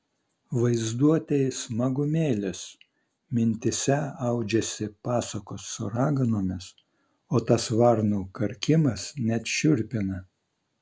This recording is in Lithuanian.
vaizduotei smagumėlis mintyse audžiasi pasakos su raganomis o tas varnų karkimas net šiurpina